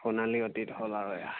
সোণালী অতীত হ'ল আৰু এইয়া